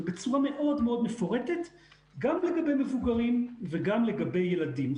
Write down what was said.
בצורה מפורטת גם לגבי מבוגרים וגם לגבי ילדים.